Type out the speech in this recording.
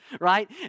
right